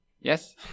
Yes